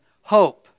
hope